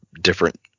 different